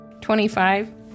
25